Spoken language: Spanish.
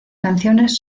canciones